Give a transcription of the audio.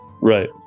right